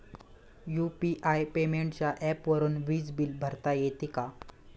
UPI पेमेंटच्या ऍपवरुन वीज बिल भरता येते का?